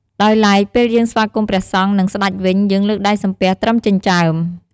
ដោយឡែកពេលយើងស្វាគមន៍ព្រះសង្ឃ និងស្តេចវិញ យើងលើកដៃសំពះត្រឹមចិញ្ចើម។